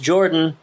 Jordan